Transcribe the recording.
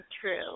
True